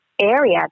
area